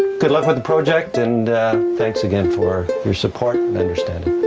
good luck with the project and thanks again for their support and understanding.